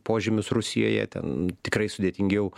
požymius rusijoje ten tikrai sudėtingiau